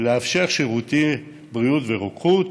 לאפשר שירותי בריאות ורוקחות